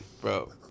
Bro